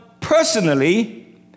personally